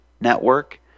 network